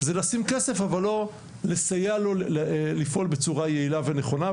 זה לשים כסף אבל לא לסייע לו לפעול בצורה יעילה ונכונה,